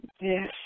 Yes